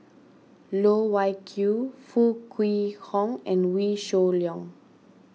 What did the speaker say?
Loh Wai Kiew Foo Kwee Horng and Wee Shoo Leong